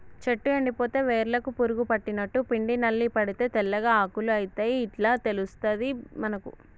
చెట్టు ఎండిపోతే వేర్లకు పురుగు పట్టినట్టు, పిండి నల్లి పడితే తెల్లగా ఆకులు అయితయ్ ఇట్లా తెలుస్తది మనకు